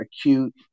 acute